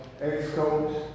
ex-coach